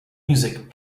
music